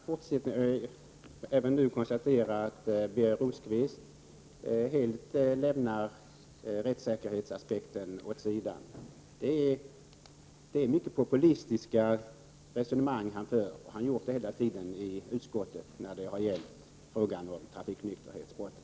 Herr talman! Jag konstaterar att Birger Rosqvist helt lämnar rättssäkerhetsaspekten åt sidan. Det är mycket populistiska resonemang han för, och det har han gjort hela tiden i utskottet när det gällt frågan om trafiknykterhetsbrotten.